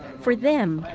for them,